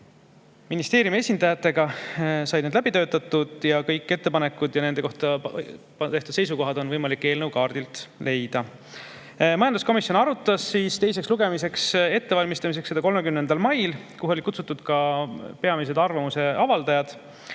ministeeriumi esindajatega said need läbi töötatud, kõik ettepanekud ja nende kohta võetud seisukohad on võimalik leida eelnõu kaardilt. Majanduskomisjon arutas teise lugemise ettevalmistamiseks eelnõu 30. mail, kuhu olid kutsutud ka peamised arvamuse avaldajad.